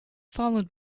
followed